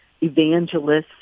evangelists